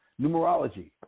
numerology